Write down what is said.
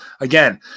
Again